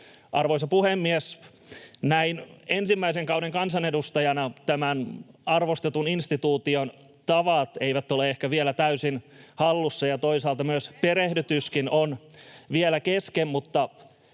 Arvoisa puhemies! Näin ensimmäisen kauden kansanedustajana tämän arvostetun instituution tavat eivät ole ehkä vielä täysin hallussa, [Jenna Simula: Sen huomaa!] ja toisaalta myös perehdytys on vielä kesken, mutta